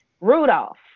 Rudolph